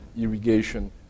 irrigation